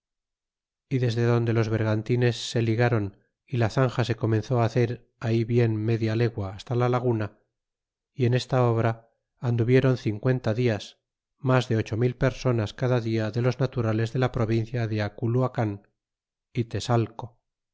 d desde donde los vergantines ligaron y la zanja se comenzó á hacer ahi bien media legua hasta la laguna y en esta obra anduvieron cincuenta dias mas de ocho mil personas cada dia de los naturales de la provincia de aculuacan y